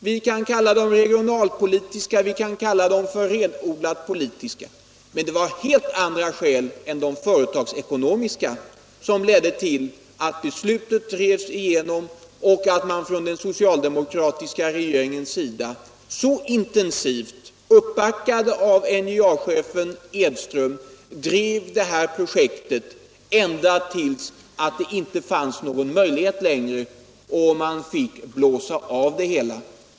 Vi kan kalla dem regionalpolitiska, vi kan kalla dem renodlat politiska, men det var helt andra skäl än företagsekonomiska som ledde till att beslutet drevs igenom och att den socialdemokratiska regeringen, uppbackad av NJA-chefen Edström, så intensivt drev detta projekt ända tills det inte längre var möjligt att göra det utan man fick blåsa av det.